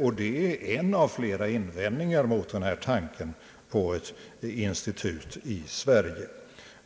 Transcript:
och det är en av flera invändningar mot denna tanke på ett institut i Sverige.